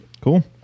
Cool